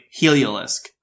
Heliolisk